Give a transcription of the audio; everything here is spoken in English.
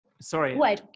Sorry